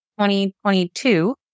2022